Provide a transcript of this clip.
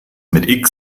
mit